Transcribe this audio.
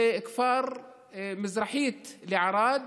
זה כפר מזרחית לערד,